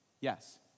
Yes